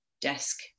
desk